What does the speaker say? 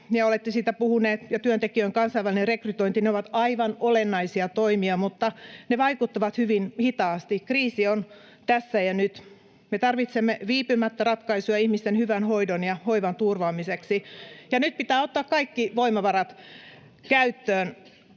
ja olette siitä puhuneet — ja työntekijöiden kansainvälinen rekrytointi ovat aivan olennaisia toimia, mutta ne vaikuttavat hyvin hitaasti. Kriisi on tässä ja nyt. Me tarvitsemme viipymättä ratkaisuja ihmisten hyvän hoidon ja hoivan turvaamiseksi, ja nyt pitää ottaa kaikki voimavarat käyttöön.